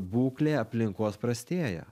būklė aplinkos prastėja